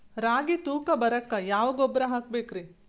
ರಾಗಿ ತೂಕ ಬರಕ್ಕ ಯಾವ ಗೊಬ್ಬರ ಹಾಕಬೇಕ್ರಿ?